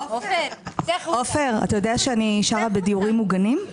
עניתי לו וניהלנו דיון על כך.